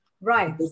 Right